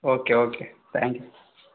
okay okay thank you